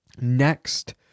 next